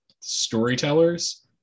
storytellers